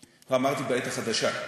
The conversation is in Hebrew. לא, אמרתי: בעת החדשה,